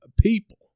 people